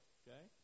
okay